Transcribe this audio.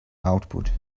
output